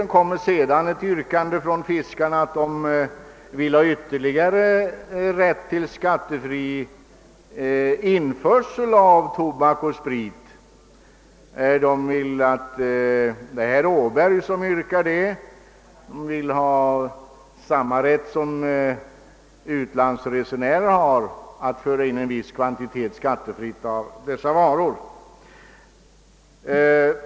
Vi skall senare behandla bevillningsutskottets betänkande nr 33, som behandlar herr Åbergs motion om att yrkesfiskare erhåller samma rätt som till kommer övriga besökare i utländska hamnar att till Sverige avgiftsfritt införa vissa varor.